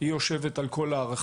היא יושבת על כל הארכיטקטורה,